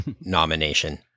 nomination